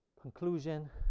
conclusion